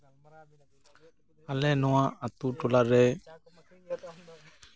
ᱟᱞᱮ ᱱᱚᱣᱟ ᱟᱛᱳ ᱴᱚᱞᱟ ᱨᱮ